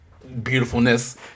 beautifulness